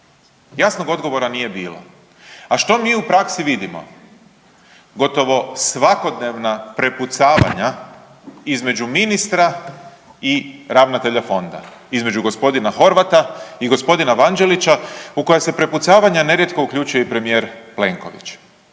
Jasnog odgovora nije bilo, a što mi u praksi vidimo? Gotovo svakodnevna prepucavanja između ministra i ravnatelja fonda, između g. Horvata i g. Vanđelića u koja se prepucavanja nerijetko uključuje i premijer Plenković.